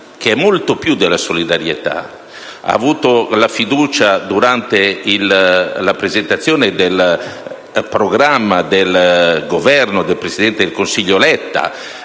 che vale molto più della solidarietà. Ha avuto la fiducia durante la presentazione del programma di Governo del presidente del Consiglio Letta,